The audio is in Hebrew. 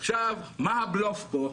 אבל מה הבלוף פה?